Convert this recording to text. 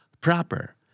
Proper